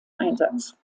einsatz